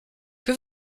que